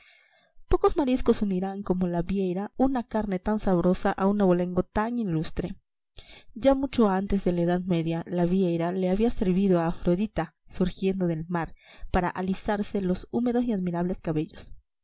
pocos mariscos unirán como la vieira una carne tan sabrosa a un abolengo tan ilustre ya mucho antes de la edad media la vieira le había servido a afrodita surgiendo del mar para alisarse los húmedos y admirables cabellos